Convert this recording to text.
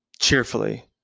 cheerfully